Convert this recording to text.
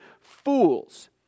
fools